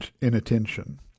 inattention